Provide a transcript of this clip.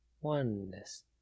Oneness